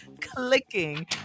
clicking